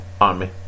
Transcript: Army